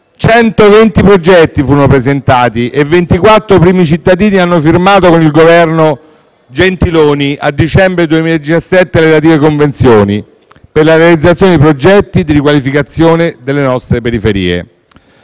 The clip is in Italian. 120 progetti sono stati presentati e 24 primi cittadini hanno firmato con il Governo Gentiloni Silveri, nel dicembre 2017, le relative convenzioni per la realizzazione di progetti di riqualificazione delle nostre periferie.